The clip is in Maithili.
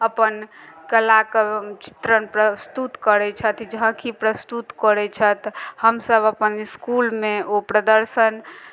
अपन कलाक चित्रण प्रस्तुत करैत छथि झाँकी प्रस्तुत करै छथि हमसभ अपन इसकुलमे ओ प्रदर्शन